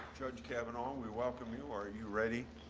judge kavanaugh, we welcome you. are you ready?